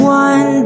one